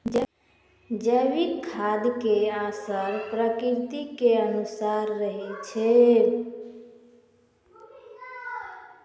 जैविक खाद के असर प्रकृति के अनुसारे रहै छै